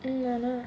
ஆமால:aamaala